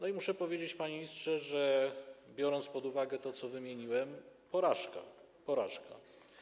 I muszę powiedzieć, panie ministrze, biorąc pod uwagę to, co wymieniłem, że to porażka, porażka.